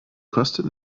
kostet